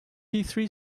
three